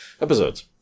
episodes